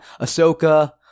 Ahsoka